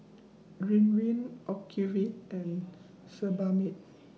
Ridwind Ocuvite and Sebamed